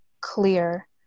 clear